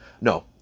No